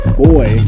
boy